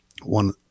one